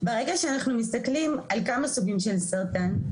ברגע שאנחנו מסתכלים על כמה סוגים של סרטן,